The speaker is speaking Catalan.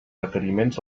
requeriments